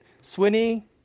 Swinny